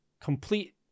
complete